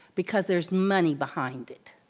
because there is money behind it.